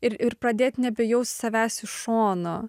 ir ir pradėt nebejaust savęs iš šono